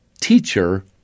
Teacher